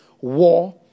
war